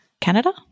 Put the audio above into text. Canada